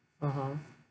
(uh huh)